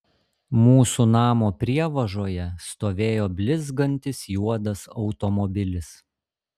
mūsų namo prievažoje stovėjo blizgantis juodas automobilis